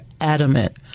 adamant